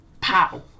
pow